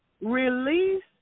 Release